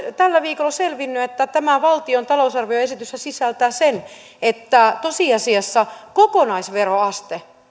tällä viikolla on selvinnyt että tämä valtion talousarvioesitys sisältää sen että tosiasiassa kokonaisveroaste